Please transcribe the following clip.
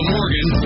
Morgan